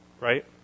right